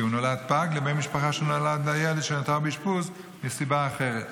הוא נולד פג לבין משפחה שנולד לה ילד שנותר באשפוז מסיבה אחרת.